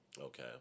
Okay